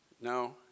No